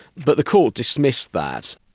but the court dismissed that.